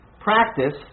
practice